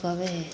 कहबै